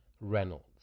Reynolds